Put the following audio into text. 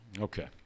Okay